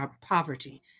poverty